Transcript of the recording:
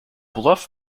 bluff